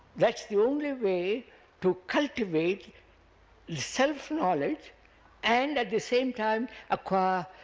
that's the only way to cultivate self-knowledge and at the same time acquire